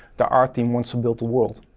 the art team wants to build a world.